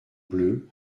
bleus